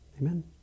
Amen